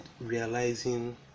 realizing